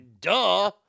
Duh